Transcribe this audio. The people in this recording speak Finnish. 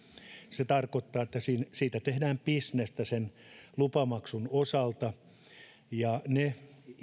se tarkoittaa että siitä tehdään bisnestä sen lupamaksun osalta ne